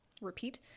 repeat